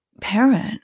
parent